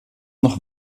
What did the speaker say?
noch